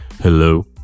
Hello